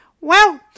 Well